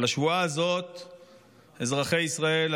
אזרחי ישראל,